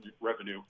revenue